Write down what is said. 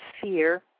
Fear